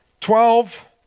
Twelve